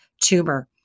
tumor